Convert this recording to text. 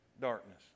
darkness